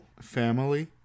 Family